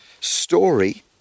story